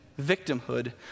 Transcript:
victimhood